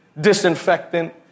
disinfectant